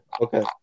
Okay